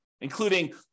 including